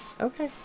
okay